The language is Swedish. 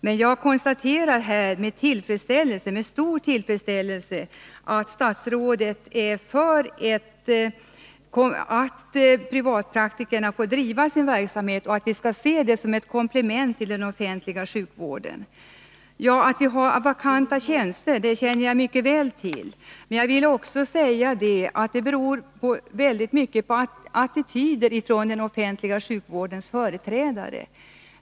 Men jag konstaterar med stor tillfredsställelse att statsrådet är för att privatpraktikerna får driva sin verksamhet och att den skall ses som ett komplement till den offentliga sjukvården. Att vi har vakanta tjänster känner jag mycket väl till. Men jag vill också säga att detta i stor utsträckning beror på attityderna hos den offentliga sjukvårdens företrädare.